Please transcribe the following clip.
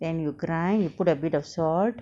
then you grind you put a bit of salt